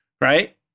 right